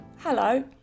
Hello